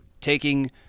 taking